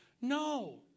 No